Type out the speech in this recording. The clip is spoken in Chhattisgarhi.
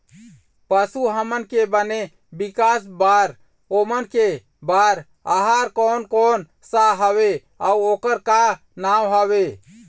पशु हमन के बने विकास बार ओमन के बार आहार कोन कौन सा हवे अऊ ओकर का नाम हवे?